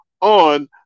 on